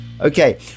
Okay